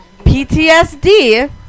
PTSD